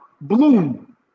bloom